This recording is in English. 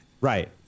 Right